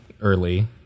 early